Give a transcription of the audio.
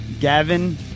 Gavin